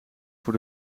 voor